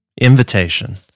Invitation